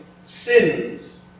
sins